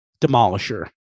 Demolisher